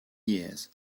years